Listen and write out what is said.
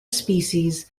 species